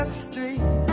street